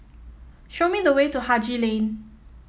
show me the way to Haji Lane